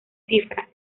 cifras